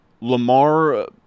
Lamar